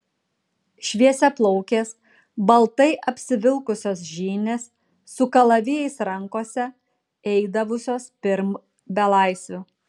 šviesiaplaukės baltai apsivilkusios žynės su kalavijais rankose eidavusios pirm belaisvių